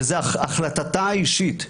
וזאת החלטתה האישית,